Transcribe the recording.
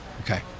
Okay